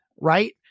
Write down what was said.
right